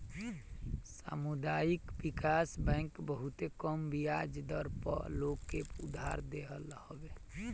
सामुदायिक विकास बैंक बहुते कम बियाज दर पअ लोग के उधार देत हअ